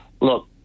look